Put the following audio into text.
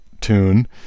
tune